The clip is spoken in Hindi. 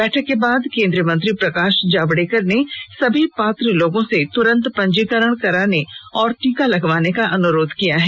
बैठक के बाद केंद्रीय मंत्री प्रकाश जावड़ेकर ने सभी पात्र लोगों से त्रंत पंजीकरण कराने और टीका लगवाने का अनुरोध किया है